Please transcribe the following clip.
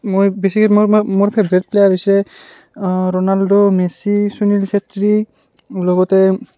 মই বেছি মোৰ মোৰ মোৰ ফেভৰেট প্লেয়াৰ হৈছে ৰ'ণাল্ডো মেছি সুনীল চেত্ৰী লগতে